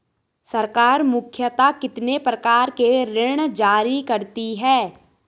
सरकार मुख्यतः कितने प्रकार के ऋण जारी करती हैं?